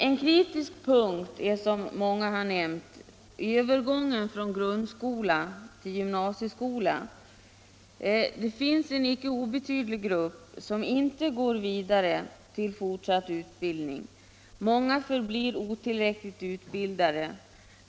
En kritisk punkt är som många har nämnt övergången från grundskolan till gymnasieskolan. En inte obetydlig grupp går inte vidare till fortsatt utbildning. Många förblir otillräckligt utbildade.